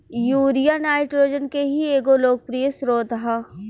urea nitrogen के ही एगो लोकप्रिय स्रोत ह